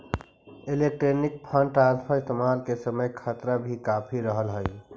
electronic fund transfer के इस्तेमाल के समय खतरा भी काफी रहअ हई